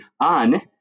on